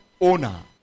owner